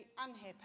unhappy